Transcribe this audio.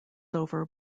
over